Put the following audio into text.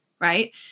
right